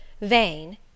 vain